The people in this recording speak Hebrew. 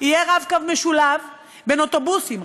יהיה "רב-קו" משולב בין אוטובוסים,